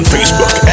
Facebook